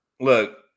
Look